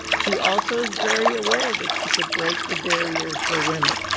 she also is very aware that she could break the barrier for women